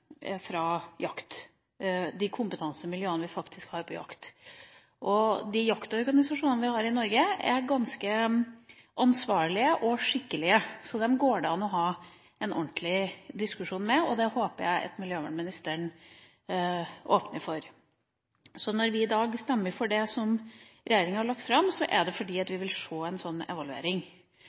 vi faktisk har. De jaktorganisasjonene vi har i Norge, er ganske ansvarlige og skikkelige, så dem går det an å ha en ordentlig diskusjon med. Det håper jeg miljøvernministeren åpner for. Når vi i dag stemmer for det som regjeringa har lagt fram, er det fordi vi vil se en sånn evaluering.